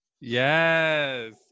yes